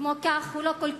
כמו כן, הוא לא גיבור